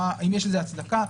אם יש לזה הצדקה,